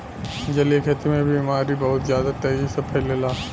जलीय खेती में बीमारी बहुत ज्यादा तेजी से फइलेला